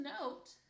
note